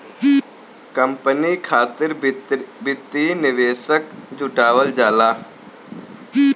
company खातिर वित्तीय निवेशक जुटावल जाला